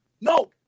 No